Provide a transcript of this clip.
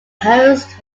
host